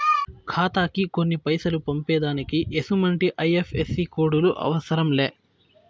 ఖాతాకి కొన్ని పైసలు పంపేదానికి ఎసుమంటి ఐ.ఎఫ్.ఎస్.సి కోడులు అవసరం లే